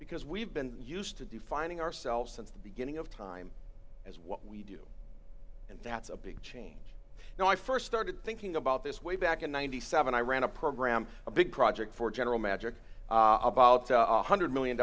because we've been used to defining ourselves since the beginning of time as what we do and that's a big change and i st started thinking about this way back in ninety seven dollars i ran a program a big project for general magic about one hundred million